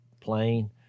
plane